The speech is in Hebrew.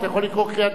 אתה נואם כל פעם.